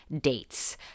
dates